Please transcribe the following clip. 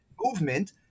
movement